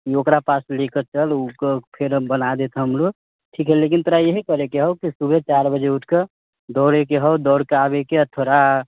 ओकरा पास लऽ कऽ चल ओ फेर बना देत हमरो ठीक हइ लेकिन तोरा यही करयके हौ कि सुबह चारि बजे उठि कऽ दौड़यके हौ दौड़ कऽ आबयके आ थोड़ा